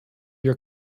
your